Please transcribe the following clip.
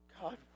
God